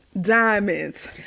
diamonds